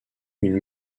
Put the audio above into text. une